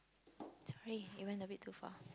sorry it went a bit too far